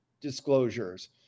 disclosures